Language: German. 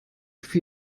für